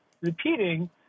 repeating